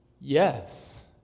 Yes